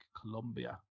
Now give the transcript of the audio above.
colombia